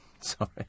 Sorry